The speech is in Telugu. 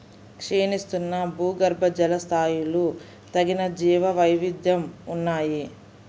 క్షీణిస్తున్న భూగర్భజల స్థాయిలు తగ్గిన జీవవైవిధ్యం ఉన్నాయి